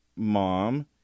mom